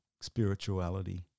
spirituality